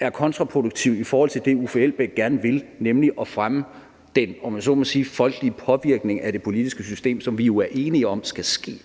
er kontraproduktiv i forhold til det, Uffe Elbæk gerne vil, nemlig at fremme den, om jeg så må sige folkelige påvirkning af det politiske system, som vi jo er enige om skal ske.